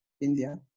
India